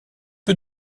peu